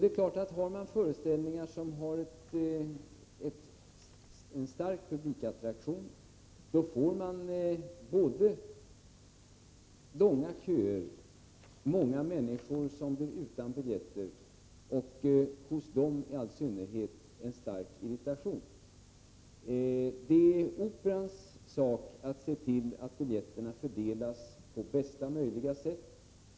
Det är klart att det när det gäller föreställningar med stor publikattraktion blir långa köer. Många människor blir utan biljetter, och det skapar stark irritation. Det är Operans sak att se till att biljetterna fördelas på bästa möjliga sätt.